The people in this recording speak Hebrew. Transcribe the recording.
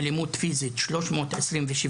אלימות פיסית 327,